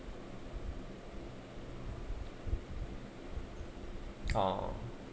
oh